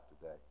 today